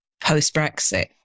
post-Brexit